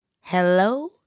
Hello